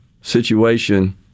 situation